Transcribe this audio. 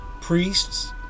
priests